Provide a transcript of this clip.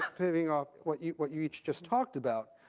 pivoting off what you what you each just talked about